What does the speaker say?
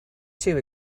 too